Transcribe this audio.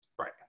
Right